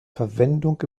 verwendung